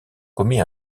commis